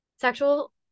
sexual